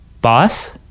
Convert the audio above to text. Boss